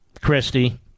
Christie